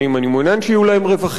אני מעוניין שיהיו להם רווחים,